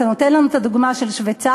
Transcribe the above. אז אתה נותן לנו את הדוגמה של שוויצריה?